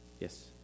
yes